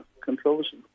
controversy